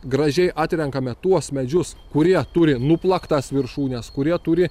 gražiai atrenkame tuos medžius kurie turi nuplaktas viršūnes kurie turi